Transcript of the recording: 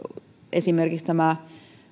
esimerkiksi tämä